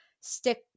stick